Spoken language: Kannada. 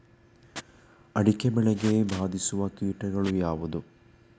ಅಡಿಕೆ ಬೆಳೆಗೆ ಬಾಧಿಸುವ ಕೀಟಗಳು ಯಾವುವು?